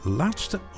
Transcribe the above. laatste